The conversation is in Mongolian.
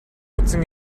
үзэн